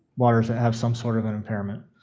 waters that have some sort of and impairment.